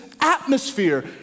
atmosphere